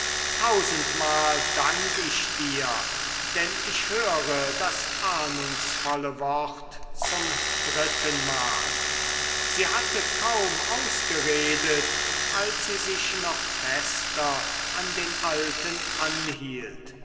tausendmal dank ich dir denn ich höre das ahnungsvolle wort zum drittenmal sie hatte kaum ausgeredet als sie sich noch fester an den alten anhielt